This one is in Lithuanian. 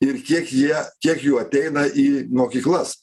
ir kiek jie kiek jų ateina į mokyklas